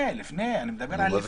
כן, אני מדבר על לפני.